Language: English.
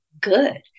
good